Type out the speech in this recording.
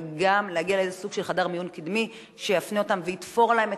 וגם להגיע לאיזה סוג של חדר מיון קדמי שיפנה אותם ויתפור להם את